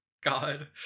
God